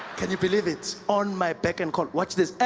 can you believe it, on my beck and call. watch this.